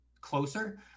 closer